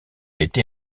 été